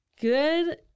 Good